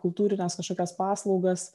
kultūrines kažkokias paslaugas